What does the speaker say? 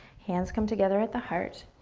hands come together at the heart.